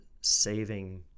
saving